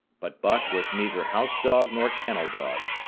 but buck was neither house-dog nor kennel-dog.